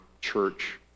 church